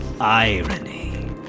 irony